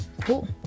cool